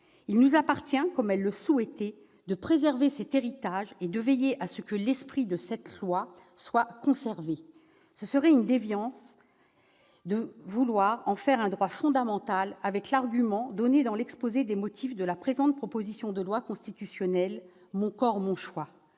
Il nous appartient, comme elle le souhaitait, de préserver cet héritage et de veiller à ce que l'esprit de cette loi soit conservé. Ce serait une déviance de vouloir faire de l'IVG un droit fondamental en s'appuyant sur l'argument donné dans l'exposé des motifs de votre proposition de loi constitutionnelle, mes chers collègues :